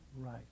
right